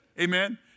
Amen